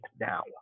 now